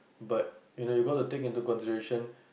but you know you go to take into consideration